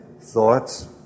Thoughts